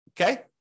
okay